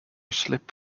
slip